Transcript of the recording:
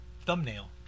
thumbnail